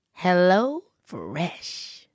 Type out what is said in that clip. HelloFresh